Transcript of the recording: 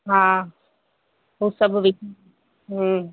हा पोइ सभु वीक हम्म